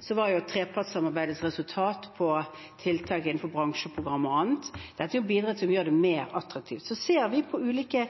trepartssamarbeidets resultat når det gjelder tiltak innenfor bransjeprogram og annet. Dette er bidrag som gjør det mer attraktivt. Vi ser på ulike